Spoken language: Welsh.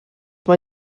mae